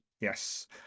Yes